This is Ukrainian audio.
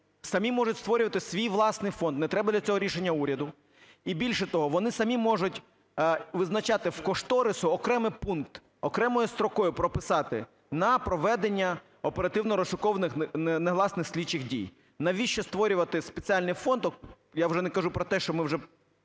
самі можуть створювати свій власний фонд, не треба для цього рішення уряду. І, більше того, вони самі можуть визначати в кошторисі окремий пункт, окремою строкою прописати: на проведення оперативно-розшукових (негласних слідчих) дій. Навіщо створювати спеціальний фонд? Я вже не кажу про те, що ми вже